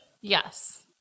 Yes